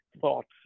thoughts